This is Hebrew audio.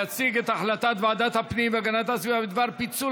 להציג את החלטת ועדת הפנים והגנת הסביבה בדבר פיצול